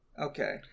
Okay